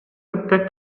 кытта